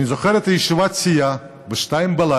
אני זוכר את ישיבת הסיעה ב-02:00.